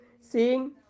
Seeing